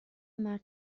مرد